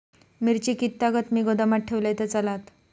मिरची कीततागत मी गोदामात ठेवलंय तर चालात?